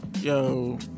Yo